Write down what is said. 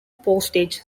postage